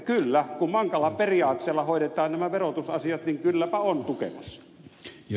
kyllä kun mankala periaatteella hoidetaan nämä verotusasiat niin kylläpä on tukemassa